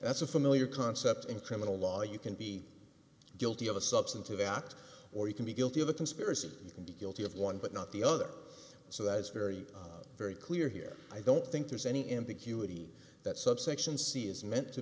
that's a familiar concept in criminal law you can be guilty of a substantive act or you can be guilty of a conspiracy you can be guilty of one but not the other so that is very very clear here i don't think there's any ambiguity that subsection c is meant to